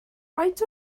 faint